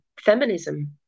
feminism